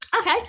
Okay